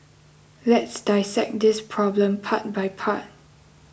let's dissect this problem part by part